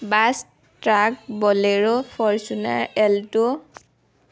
bus truck bolero Fortuner alto